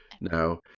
Now